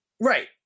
Right